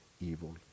evil